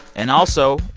and also,